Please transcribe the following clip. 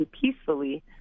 peacefully